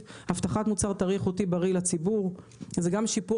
הבטחת מוצר טרי לציבור: זה גם שיפור